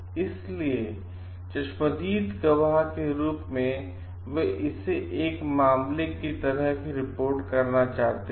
इसलिए चश्मदीद गवाह के रूप में वे इसे एक मामले की तरह ही रिपोर्ट करना चाहते हैं